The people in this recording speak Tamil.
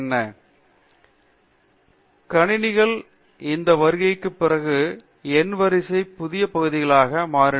பேராசிரியர் அரிந்தமா சிங் எனவே கணினிகள் இந்த வருகைக்குப் பிறகு எண் வரிசை புதிய பகுதிகளாக மாறின